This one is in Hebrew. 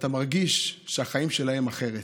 ואתה מרגיש שהחיים שלהם אחרים,